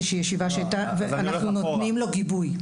ואנחנו נותנים לו גיבוי.